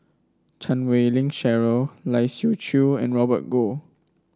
Chan Wei Ling Cheryl Lai Siu Chiu and Robert Goh